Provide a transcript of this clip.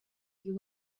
you